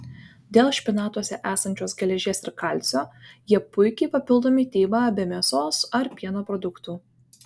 dėl špinatuose esančios geležies ir kalcio jie puikiai papildo mitybą be mėsos ar pieno produktų